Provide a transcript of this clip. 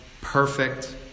perfect